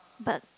but